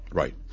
right